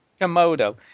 Komodo